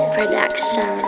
production